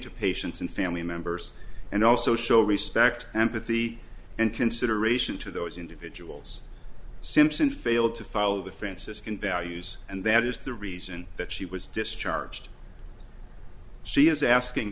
to patients and family members and also show respect empathy and consideration to those individuals simpson failed to follow the franciscan values and that is the reason that she was discharged she is asking